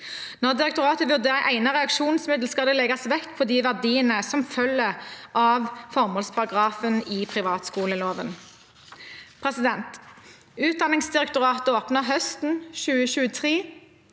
Når direktoratet vurderer egnet reaksjonsmiddel, skal det legges vekt på de verdiene som følger av formålsparagrafen i privatskoleloven. Utdanningsdirektoratet åpnet høsten 2023